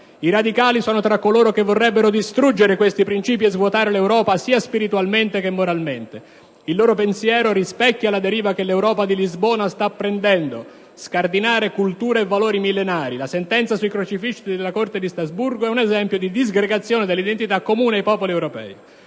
I Radicali sono tra coloro che vorrebbero distruggere questi princìpi e svuotare l'Europa, sia spiritualmente che moralmente. Il loro pensiero rispecchia la deriva che l'Europa di Lisbona sta prendendo, scardinare culture e valori millenari. La sentenza della Corte di Strasburgo sui crocefissi è un esempio di disgregazione dell'identità comune ai popoli europei.